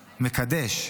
מקדש,